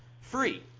free